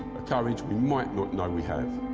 a courage we might but and we have.